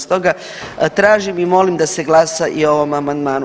Stoga tražim i molim da se glasa i o ovom amandmanu.